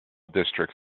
district